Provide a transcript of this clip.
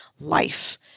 life